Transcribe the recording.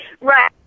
Right